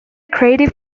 creative